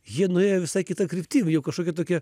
jie nuėjo visai kita kryptim jau kažkokie tokie